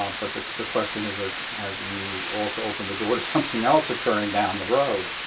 um but the the question is ah have you also opened the door to something else occurring down the road?